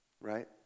right